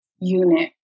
unit